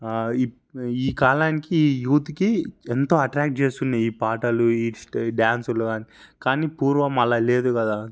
ఇప్ ఈ కాలానికి యూత్కి ఎంతో అటాక్ చేస్తుంది ఈ పాటలు ఈ డాన్సులు కాని పూర్వం అలా లేదు కదా